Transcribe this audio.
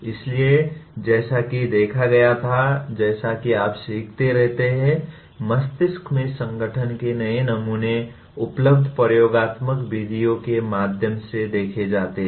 इसलिए जैसा कि देखा गया था जैसा कि आप सीखते रहते हैं मस्तिष्क में संगठन के नए नमूने उपलब्ध प्रयोगात्मक विधियों के माध्यम से देखे जाते हैं